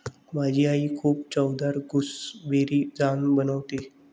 माझी आई खूप चवदार गुसबेरी जाम बनवते